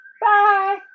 Bye